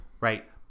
right